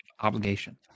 Obligation